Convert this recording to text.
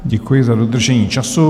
Děkuji za dodržení času.